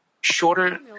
shorter